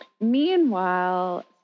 meanwhile